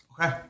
Okay